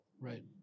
right